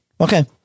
Okay